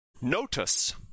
Notice